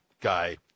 guy